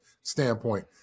standpoint